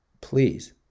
please